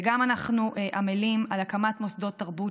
ואנחנו גם עמלים על הקמת מוסדות תרבות